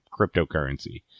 cryptocurrency